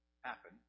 happen